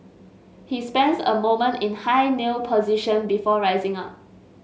he spends a moment in high kneel position before rising up